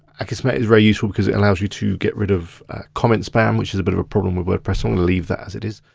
akismet is very useful, because it allows you to get rid of comment spam, which is a bit of a problem with wordpress, so i'm gonna leave that as it is.